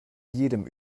jedem